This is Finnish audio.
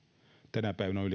tänä päivänä se on yli kaksisataa